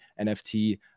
nft